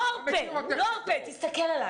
תסתכל עליי